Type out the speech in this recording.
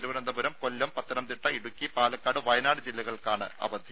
തിരുവനന്തപുരം കൊല്ലം പത്തനംതിട്ട ഇടുക്കി പാലക്കാട് വയനാട് ജില്ലകൾക്കാണ് അവധി